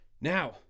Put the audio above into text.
now